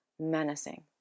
menacing